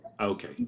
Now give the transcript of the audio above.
Okay